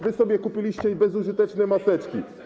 Wy sobie kupiliście bezużyteczne maseczki.